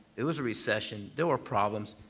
there was a recession. there were problems.